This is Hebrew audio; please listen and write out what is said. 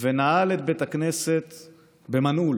ונעל את בית הכנסת במנעול,